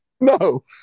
no